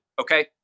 okay